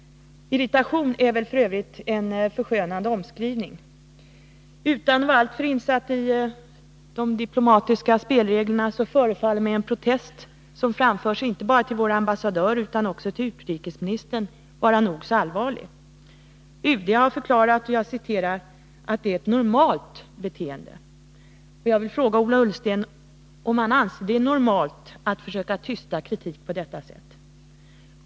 Irritation är väl f. ö. en förskönande omskrivning. Utan att vara alltför insatt i de diplomatiska spelreglerna vill jag säga att den protest som framförts inte bara till vår ambassadör utan också till utrikesministern förefaller mig vara allvarlig. UD har förklarat att detta är ett ”normalt” beteende. Jag vill fråga Ola Ullsten om han anser att det är normalt att försöka tysta kritik på detta sätt?